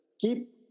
keep